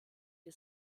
die